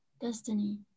Destiny